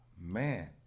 man